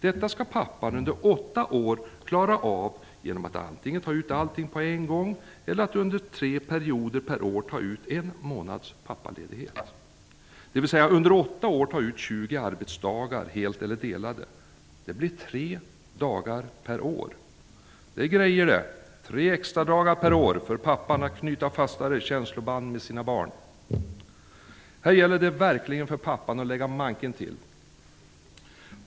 Detta skall pappan klara av under åtta år genom att antingen ta ut allting på en gång eller genom att under tre perioder per år ta ut en månads pappaledighet. Under åtta år kan man alltså ta ut 20 arbetsdagar, hela eller delade. Det blir tre dagar per år. Det är grejer det! Pappan får tre extra dagar per år för att kunna knyta fastare känsloband till sitt barn! Här gäller det verkligen för pappan att lägga manken till!